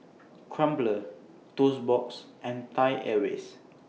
Crumpler Toast Box and Thai Airways